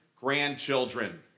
Grandchildren